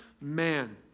man